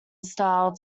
style